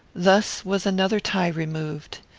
thus was another tie removed,